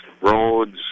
roads